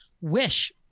wish